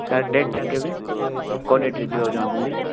sir ଡେଟଟା କେବେ କେଉଁ ଡେଟରେ ଯିବାକୁ ଚାହୁଁଛନ୍ତି